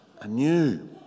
anew